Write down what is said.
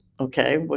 okay